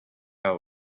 out